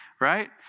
right